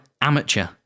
amateur